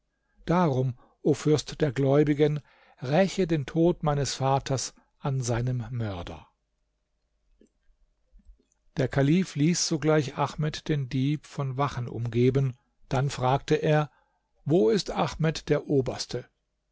darum o fürst der gläubigen räche den tod meines vaters an seinem mörder der kalif ließ sogleich ahmed den dieb von wachen umgeben dann fragte er wo ist ahmed der oberste